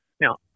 Now